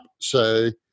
say